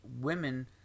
women